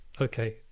okay